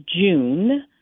June